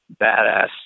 badass